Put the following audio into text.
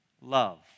love